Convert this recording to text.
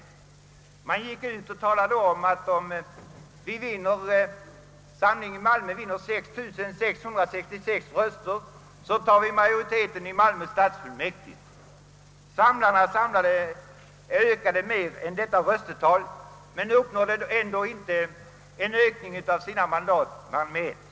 Samling i Malmö gick ut i valrörelsen och sade, att om Samling i Malmö vinner 6 666 röster, så tar vi majoriteten i Malmö stadsfullmäktige. Samlarna ökade mer än detta röstetal men uppnådde ändå inte en ökning av antalet mandat med mer än ett.